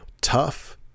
Tough